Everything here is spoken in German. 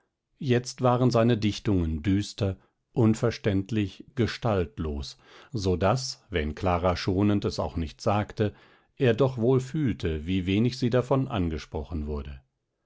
jetzt waren seine dichtungen düster unverständlich gestaltlos so daß wenn clara schonend es auch nicht sagte er doch wohl fühlte wie wenig sie davon angesprochen wurde